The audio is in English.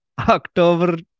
October